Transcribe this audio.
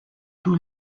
tous